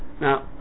Now